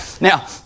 Now